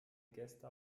gäste